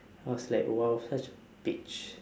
then I was like !wow! such a bitch